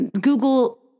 google